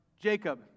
Jacob